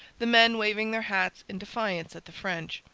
the men waving their hats in defiance at the french,